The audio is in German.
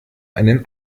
einen